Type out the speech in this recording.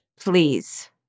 Please